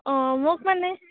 অঁ মোক মানে